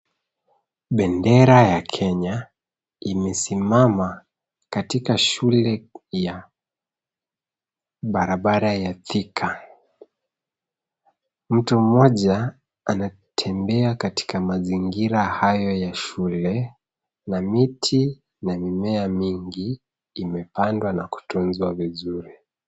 Bendera ya Kenya imesimama katika shule ya barabara ya Thika. Mtu mmoja anatembea katika mazingira hayo ya shule, na miti na mimea mingi imepandwa na kutunzwa vizuri.